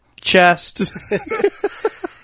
Chest